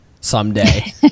someday